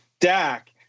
Dak